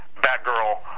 Batgirl